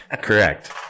Correct